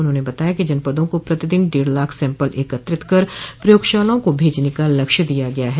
उन्होंने बताया कि जनपदों को प्रतिदिन डेढ़ लाख सैम्पल एकत्रित कर प्रयोगशालाओं को भेजने का लक्ष्य दिया गया है